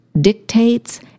dictates